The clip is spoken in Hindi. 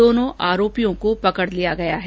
दोनों आरोपियों को पकड लिया गया है